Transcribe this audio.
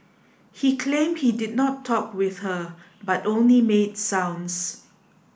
he claimed he did not talk with her but only made sounds